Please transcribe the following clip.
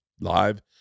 live